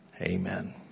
Amen